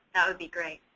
that would be great.